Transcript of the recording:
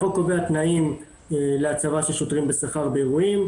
החוק קובע תנאים להצבה של שוטרים בשכר באירועים.